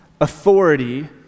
authority